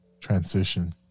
transition